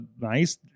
nice